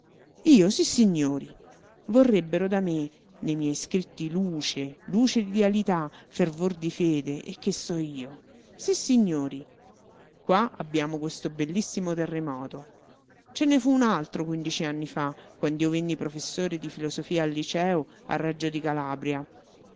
io sissignori vorrebbero da me ne miei scritti luce luce d'idealità fervor di fede e che so io sissignori qua abbiamo questo bellissimo terremoto l'uomo solo luigi pirandello ce ne fu un altro quindici anni fa quand'io venni professore di filosofia al liceo a reggio di calabria